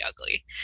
ugly